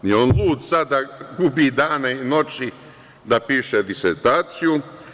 Nije on lud sada da gubi dane i noći da piše disertaciju.